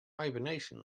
hibernation